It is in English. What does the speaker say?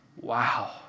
Wow